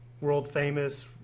world-famous